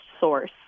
source